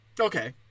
Okay